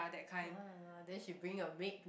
ah then she bring your maid